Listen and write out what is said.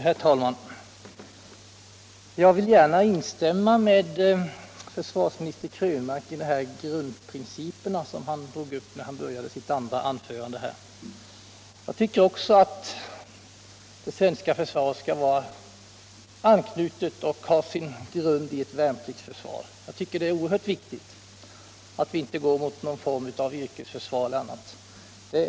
Herr talman! Jag vill gärna instämma i vad försvarsminister Krönmark i sitt andra anförande sade om principerna. Jag tycker också att det svenska försvaret skall vara anknutet till och ha sin grund i ett värnpliktsförsvar. Det är oerhört viktigt att vi inte får någon form av yrkesförsvar eller något sådant.